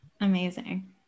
Amazing